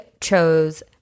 chose